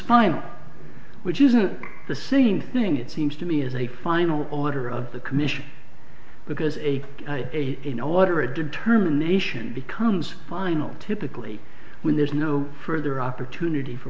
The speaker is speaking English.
final which isn't the same thing it seems to me as a final order of the commission because a a in a letter a determination becomes final typically when there's no further opportunity for